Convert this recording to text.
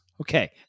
Okay